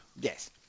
Yes